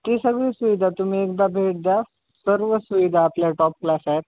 ती सगळी सुविधा तुम्ही एकदा भेट द्या सर्व सुविधा आपल्या टॉप क्लास आहेत